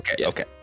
okay